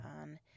on